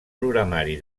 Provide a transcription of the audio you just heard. programari